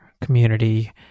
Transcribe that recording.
community